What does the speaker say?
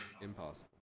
Impossible